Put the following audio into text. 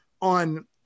on –